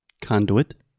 Conduit